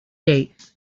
date